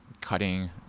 cutting